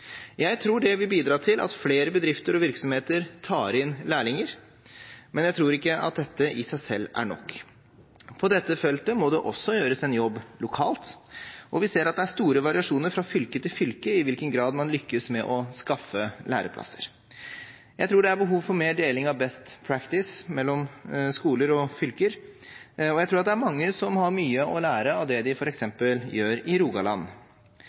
Jeg tror det vil bidra til at flere bedrifter og virksomheter tar inn lærlinger, men jeg tror ikke at dette i seg selv er nok. På dette feltet må det også gjøres en jobb lokalt, og vi ser at det er store variasjoner fra fylke til fylke i hvilken grad man lykkes med å skaffe læreplasser. Jeg tror det er behov for mer deling av «best practice» mellom skoler og fylker. Jeg tror det er mange som har mye å lære av det de f.eks. gjør i Rogaland.